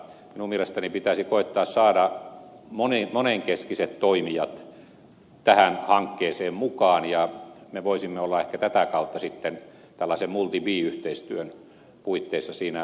minun mielestäni pitäisi koettaa saada monenkeskiset toimijat tähän hankkeeseen mukaan ja me voisimme olla ehkä tätä kautta tällaisen multibi yhteistyön puitteissa siinä mukana